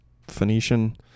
phoenician